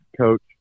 coach